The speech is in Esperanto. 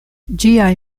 ĝiaj